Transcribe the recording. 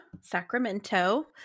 Sacramento